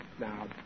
Now